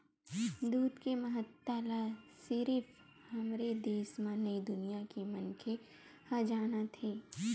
दूद के महत्ता ल सिरिफ हमरे देस म नइ दुनिया के मनखे ह जानत हे